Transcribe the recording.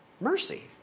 mercy